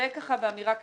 זה באמירה כללית.